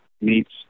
meets